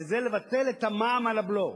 וזה לבטל את המע"מ על הבלו.